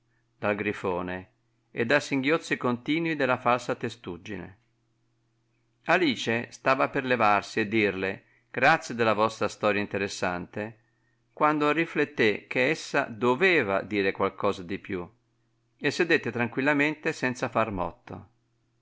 dal grifone e da singhiozzi continui della falsa testuggine alice stava per levarsi e dirle grazie della vostra storia interessante quando riflettè che essa doveva dire qualche cosa di più e sedette tranquillamente senza far motto